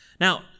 now